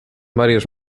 varios